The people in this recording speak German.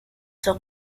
zur